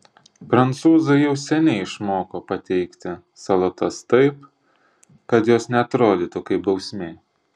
prancūzai jau seniai išmoko pateikti salotas taip kad jos neatrodytų kaip bausmė